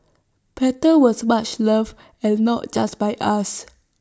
paddles was much loved and not just by us